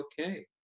okay